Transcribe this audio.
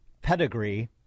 pedigree